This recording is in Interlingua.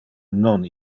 non